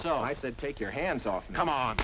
s i said take your hands off and come on